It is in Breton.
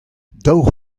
daou